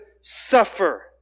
suffer